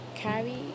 Carry